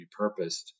repurposed